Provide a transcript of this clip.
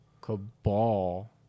Cabal